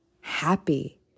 happy